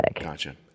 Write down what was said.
Gotcha